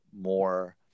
more